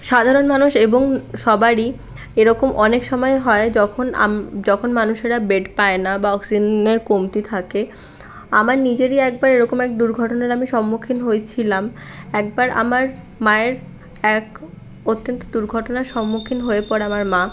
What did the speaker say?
সাধারণ মানুষ এবং সবারই এরকম অনেক সময় হয় যখন মানুষেরা বেড পায় না বা অক্সিজেনের কমতি থাকে আমার নিজেরই একবার এই দুর্ঘটনার সম্মুখীন হয়েছিলাম একবার আমার মায়ের এক অত্যন্ত দুর্ঘটনার সম্মুখীন হয়ে পড়ে আমার মা